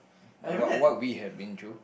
what what we have been through